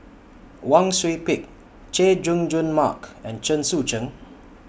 Wang Sui Pick Chay Jung Jun Mark and Chen Sucheng